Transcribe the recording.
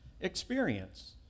experience